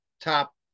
top